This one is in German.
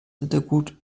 rittergut